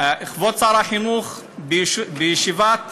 כבוד שר החינוך, בישיבת